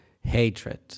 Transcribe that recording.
hatred